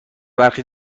برخی